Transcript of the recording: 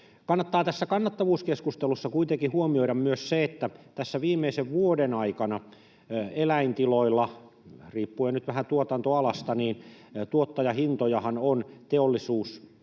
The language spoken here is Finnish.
Kannattaa tässä kannattavuuskeskustelussa kuitenkin huomioida myös se, että tässä viimeisen vuoden aikana eläintiloilla, riippuen nyt vähän tuotantoalasta, tuottajahintojahan on teollisuus